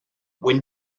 when